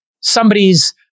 somebody's